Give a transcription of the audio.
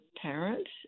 parents